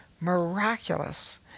miraculous